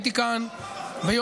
עוד פעם אחדות?